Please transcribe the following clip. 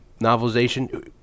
novelization